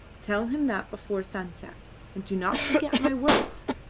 tell him that before sunset, and do not forget my words.